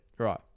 Right